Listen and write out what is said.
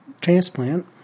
transplant